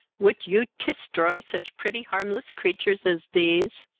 would you testroy such pretty harmless creatures as these?